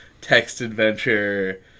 text-adventure